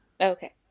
Okay